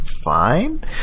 fine